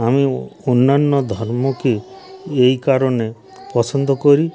আমি অন্যান্য ধর্মকে এই কারণে পছন্দ করি